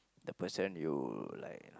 the person you like